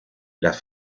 las